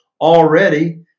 Already